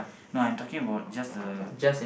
no I'm talking about just the